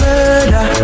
Murder